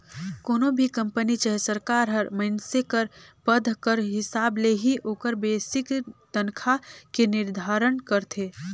कोनो भी कंपनी चहे सरकार हर मइनसे कर पद कर हिसाब ले ही ओकर बेसिक तनखा के निरधारन करथे